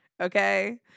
Okay